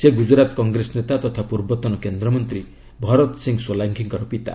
ସେ ଗୁଜରାତ୍ କଂଗ୍ରେସ ନେତା ତଥା ପୂର୍ବତନ କେନ୍ଦ୍ରମନ୍ତ୍ରୀ ଭରତସିଂ ସୋଲାଙ୍କି ଙ୍କର ପିତା